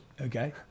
Okay